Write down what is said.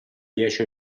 dieci